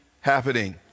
happening